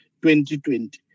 2020